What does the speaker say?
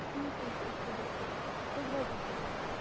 ٹھیٖک حظ چھُ أسۍ سوزو صُبحس کٔژ گاڑِ چھو سوزٕنۍ